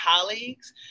colleagues